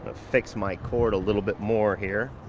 ah fix my cord a little bit more here.